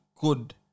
good